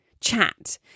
Chat